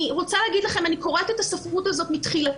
אני רוצה לומר לכם שאני קוראת את הספרות הזאת מתחילתה.